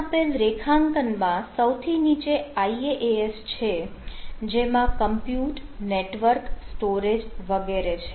અહીં આપેલ રેખાંકન માં સૌથી નીચે IaaS છે જેમાં કમ્પ્યુટનેટવર્ક સ્ટોરેજ વગેરે છે